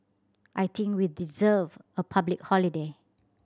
I think we deserve a public holiday